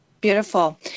Beautiful